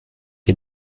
est